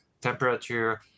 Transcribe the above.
temperature